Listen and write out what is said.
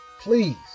please